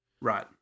Right